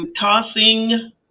Tossing